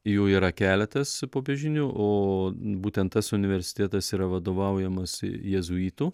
jų yra keletas popiežinių o būtent tas universitėtas yra vadovaujamas jėzuitų